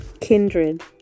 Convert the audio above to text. Kindred